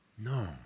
No